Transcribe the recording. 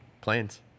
Planes